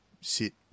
sit